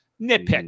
nitpick